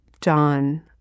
John